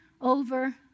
over